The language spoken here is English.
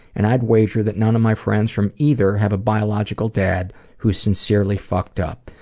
and i'd wager that none of my friends from either have a biological dad who's sincerely fucked-up,